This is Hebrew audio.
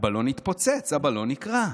הבלון התפוצץ, הבלון נקרע.